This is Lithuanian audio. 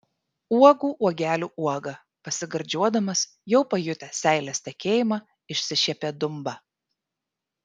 uogų uogelių uoga pasigardžiuodamas jau pajutęs seilės tekėjimą išsišiepė dumba